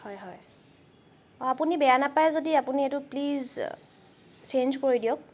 হয় হয় অঁ আপুনি বেয়া নাপাই যদি আপুনি এইটো প্লিজ চেঞ্জ কৰি দিয়ক